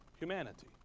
Humanity